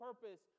purpose